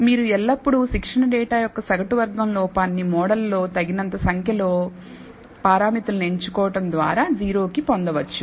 మీరు ఎల్లప్పుడూ శిక్షణ డేటా యొక్క సగటు వర్గం లోపాన్ని మోడల్లో తగినంత సంఖ్యలో పారామితులను ఎంచుకోవడం ద్వారా 0 కి పొందవచ్చు